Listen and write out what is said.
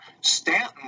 Stanton